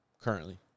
currently